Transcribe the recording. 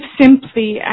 Simply